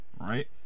right